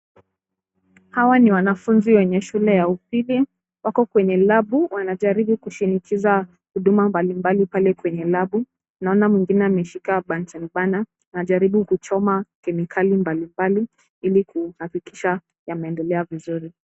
Hawa ni wanafunzi wenye shule ya upili. Wako kwenye labu wanajaribu kushirikiza huduma mbali mbali pale kwenye labu . Naona mwingine ameshika bunsen burner anajaribu kuchoma kemikali mbali mbali ili kuhakikisha yameendelea vizuri.